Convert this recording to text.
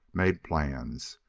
made plans.